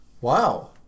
Wow